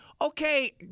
Okay